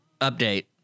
Update